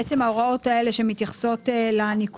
בעצם ההוראות האלה שמתייחסות לניכוי